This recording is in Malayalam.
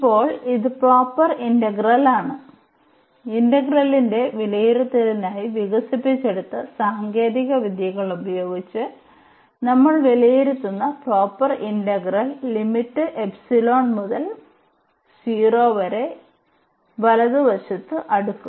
ഇപ്പോൾ ഇത് പ്രോപ്പർ ഇന്റഗ്രലാണ് ഇന്റഗ്രലിന്റെ വിലയിരുത്തലിനായി വികസിപ്പിച്ചെടുത്ത സാങ്കേതിക വിദ്യകൾ ഉപയോഗിച്ച് നമ്മൾ വിലയിരുത്തുന്ന പ്രോപ്പർ ഇന്റഗ്രൽ ലിമിറ്റ് എപ്സിലോൺ മുതൽ 0 വരെ വലതുവശത്ത് അടുക്കും